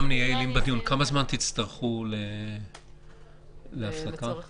כמה זמן תצטרכו לדון?